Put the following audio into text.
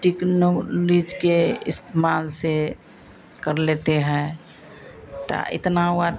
technology के इस्तेमाल से कर लेते हैं तो इतना